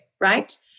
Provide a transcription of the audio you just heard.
right